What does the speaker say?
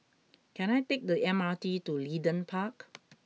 can I take the M R T to Leedon Park